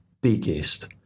biggest